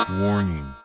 warning